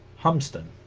humston